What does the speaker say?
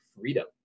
freedom